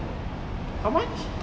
how much